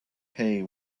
hay